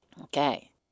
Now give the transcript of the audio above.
Okay